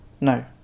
no